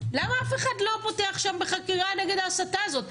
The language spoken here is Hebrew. למה אף אחד לא פותח שם בחקירה נגד ההסתה הזאת?